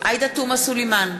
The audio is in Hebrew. עאידה תומא סלימאן,